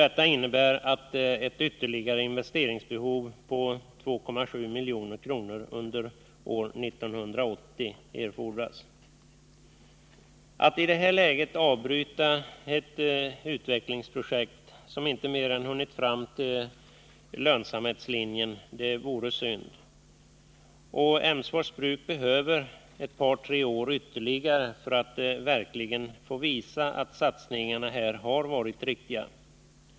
Detta innebär ett ytterligare investeringsbehov på 2,7 milj.kr. under år 1980. Att i det här läget avbryta ett utvecklingsprojekt, som inte mer än hunnit fram till lönsamhetslinjen, vore verkligen synd. Emsfors bruk behöver ett par tre år ytterligare för att verkligen få visa att satsningarna här har varit riktiga.